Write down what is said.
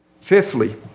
Fifthly